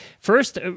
First